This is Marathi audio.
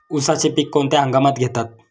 उसाचे पीक कोणत्या हंगामात घेतात?